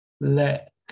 let